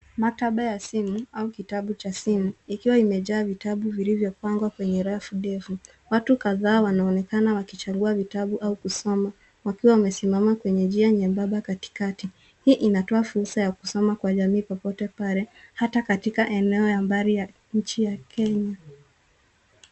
maktaba ya simu au kitabu cha simu, ikiwa imejaa vitabu vilivyopangwa kwenye ndefu. watu kadhaa wanaonekana wakichagua vitabu au kusoma, wakiwa wamesimama kwenye njia nyembamba katikati. Hii inatoa fursa ya kusoma kwa jamii popote pale, hata katika eneo ya mbali ya nchi ya kenya.